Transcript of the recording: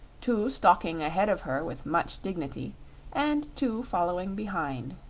two stalking ahead of her with much dignity and two following behind,